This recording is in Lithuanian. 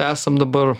esam dabar